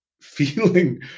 feeling